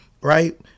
right